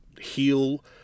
heal